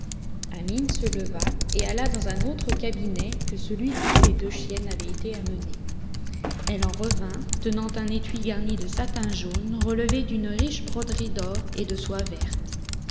amine se leva et alla dans un autre cabinet que celui d'où les deux chiennes avaient été amenées elle en revint tenant un étui garni de satin jaune relevé d'une riche broderie d'or et de soie verte